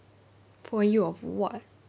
four A_U of what